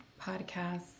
podcast